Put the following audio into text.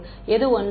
மாணவர் எது ஒன்று